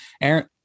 Aaron